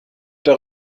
der